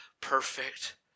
perfect